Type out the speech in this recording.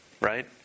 right